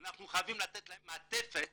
אנחנו חייבים לתת להם מעטפת